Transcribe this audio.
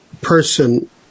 person